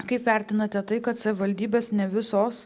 kaip vertinate tai kad savivaldybės ne visos